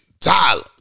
Tyler